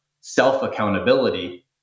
self-accountability